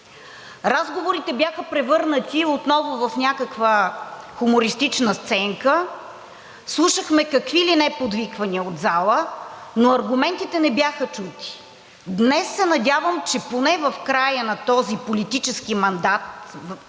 Разговорите бяха превърнати отново в някаква хумористична сценка – слушахме какви ли не подвиквания от залата, но аргументите не бяха чути. Днес се надявам поне в края на този политически мандат,